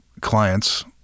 clients